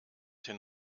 den